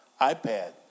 iPad